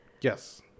Yes